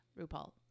RuPaul